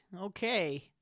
okay